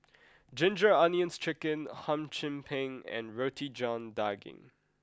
Ginger Onions Chicken hum chim peng and roti john daging